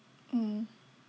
mm